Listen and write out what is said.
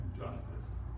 justice